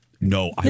No